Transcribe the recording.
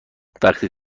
وقتی